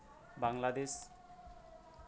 Bangladesh